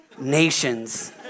nations